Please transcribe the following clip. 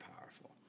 powerful